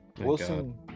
Wilson